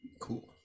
cool